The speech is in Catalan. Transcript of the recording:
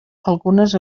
algunes